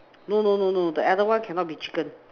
no no no no the other one cannot be chicken